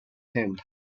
him